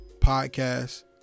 podcast